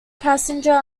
passenger